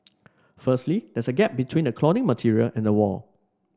firstly there's a gap between the cladding material and the wall